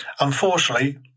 Unfortunately